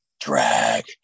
drag